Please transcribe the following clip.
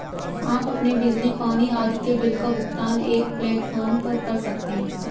आप अपने बिजली, पानी आदि के बिल का भुगतान एक प्लेटफॉर्म पर कर सकते हैं